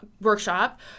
workshop